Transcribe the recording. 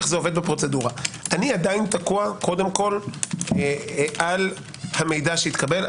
אני עדיין תקוע על המידע שהתקבל.